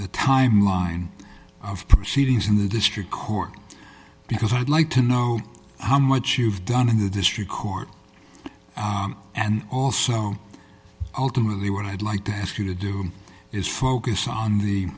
the timeline of proceedings in the district court because i'd like to know how much you've done in the district court and also ultimately what i'd like to ask you to do is focus on the